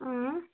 اۭں